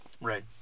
Right